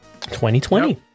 2020